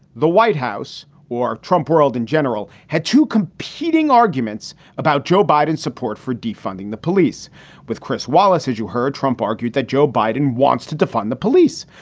the white house or trump world in general had two competing arguments about joe biden support for defunding the police with chris wallace. as you heard, trump argued that joe biden wants to defund the police.